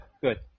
good